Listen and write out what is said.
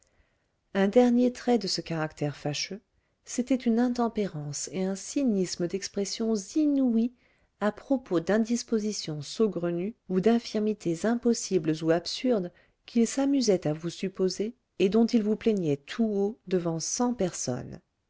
un dernier trait de ce caractère fâcheux c'était une intempérance et un cynisme d'expressions inouïs à propos d'indispositions saugrenues ou d'infirmités impossibles ou absurdes qu'il s'amusait à vous supposer et dont il vous plaignait tout haut devant cent personnes